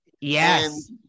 Yes